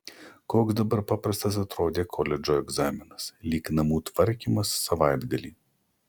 koks dabar paprastas atrodė koledžo egzaminas lyg namų tvarkymas savaitgalį